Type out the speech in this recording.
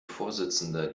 vorsitzender